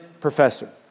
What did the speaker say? professor